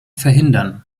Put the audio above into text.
verhindern